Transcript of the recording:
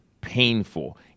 painful